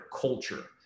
culture